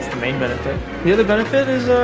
main benefit the other benefit is ah